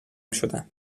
شدند